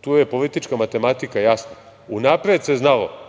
tu je politička matematika jasna. Unapred se znalo